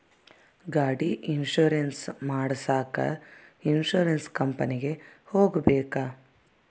ಗಾಡಿ ಇನ್ಸುರೆನ್ಸ್ ಮಾಡಸಾಕ ಇನ್ಸುರೆನ್ಸ್ ಕಂಪನಿಗೆ ಹೋಗಬೇಕಾ?